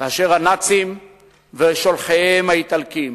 כאשר הנאצים ושלוחיהם האיטלקים